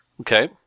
Okay